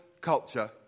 culture